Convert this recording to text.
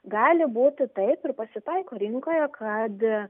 gali būti taip ir pasitaiko rinkoje kad